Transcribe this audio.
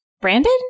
Brandon